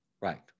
right